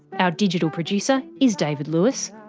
our digital producer is david lewis.